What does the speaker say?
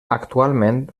actualment